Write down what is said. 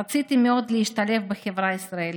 רציתי מאוד להשתלב בחברה הישראלית.